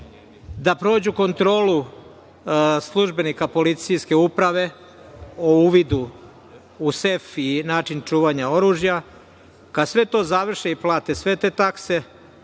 da prođu kontrolu službenika policijske uprave o uvidu u sef i način čuvanja oružja. Kada sve to završe i plate sve te takse,